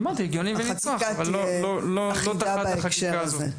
אמרתי, הגיוני ונצרך אבל לא תחת החקיקה הזאת.